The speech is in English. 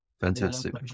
Fantastic